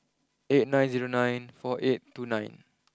eight nine zero nine four eight two nine